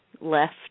left